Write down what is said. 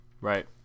Right